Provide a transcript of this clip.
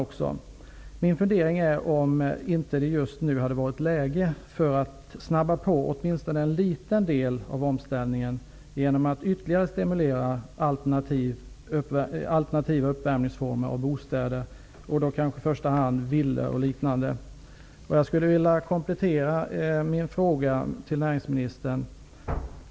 Jag undrar om det inte just nu hade varit läge för att snabba på åtminstone en liten del av omställningen genom att ytterligare stimulera alternativa uppvärmningsformer av bostäder, kanske i första hand villor och liknande. Jag vill komplettera min fråga till näringsministern.